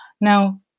Now